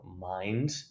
Mind